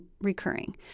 recurring